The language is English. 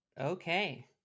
Okay